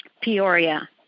Peoria